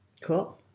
Cool